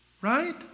right